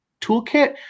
toolkit